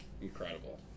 Incredible